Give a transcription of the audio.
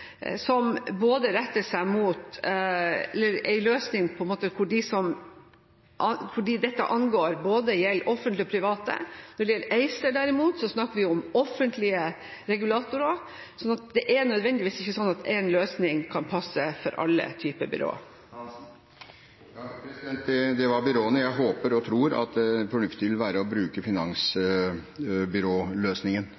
mot både offentlige og private. Når det gjelder ACER, derimot, snakker vi om offentlige regulatorer. Så det er nødvendigvis ikke slik at én løsning passer for alle typer byråer. Det var byråene. Jeg håper og tror at det fornuftige vil være å bruke